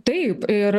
taip ir